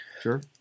Sure